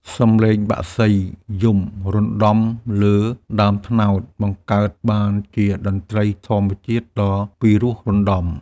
សំឡេងបក្សីយំរណ្តំលើដើមត្នោត បង្កើតបានជាតន្ត្រីធម្មជាតិដ៏ពិរោះរណ្តំ។